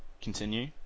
Continue